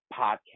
podcast